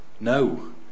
no